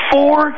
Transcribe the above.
Four